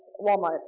Walmart